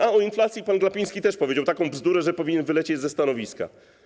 A o inflacji pan Glapiński powiedział taką bzdurę, że powinien wylecieć ze stanowiska.